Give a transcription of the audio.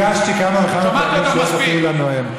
ביקשתי כמה וכמה פעמים שלא תפריעי לנואם.